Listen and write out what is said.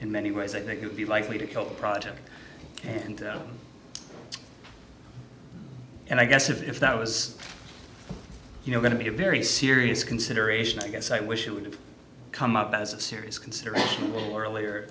in many ways i think it would be likely to kill the project and and i guess if that was you know going to be a very serious consideration i guess i wish it would come up as a serious consideration or earlier